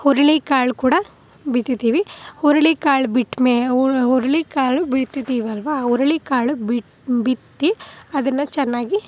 ಹುರುಳಿ ಕಾಳು ಕೂಡ ಬಿತ್ತುತೀವಿ ಹುರುಳಿ ಕಾಳು ಬಿಟ್ಟು ಮೆ ಹುರುಳಿ ಕಾಳು ಬಿತ್ತುತೀವಲ್ವ ಹುರುಳಿ ಕಾಳು ಬಿತ್ತಿ ಅದನ್ನು ಚೆನ್ನಾಗಿ